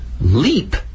leap